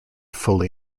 fully